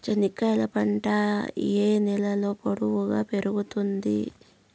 చెనక్కాయలు పంట ఏ నేలలో పొడువుగా పెరుగుతుంది?